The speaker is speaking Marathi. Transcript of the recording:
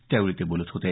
त्यावेळी ते बोलत होते